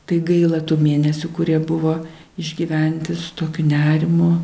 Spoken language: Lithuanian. tai gaila tų mėnesių kurie buvo išgyventi su tokiu nerimu